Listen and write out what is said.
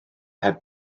heb